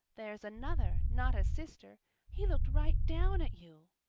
there's another, not a sister he looked right down at you.